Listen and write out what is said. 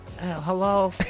Hello